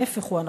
ההפך הוא הנכון,